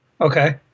Okay